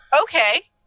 Okay